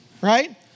right